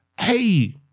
Hey